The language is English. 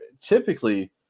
typically